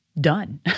done